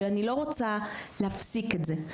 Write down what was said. ואני לא רוצה להפסיק את זה,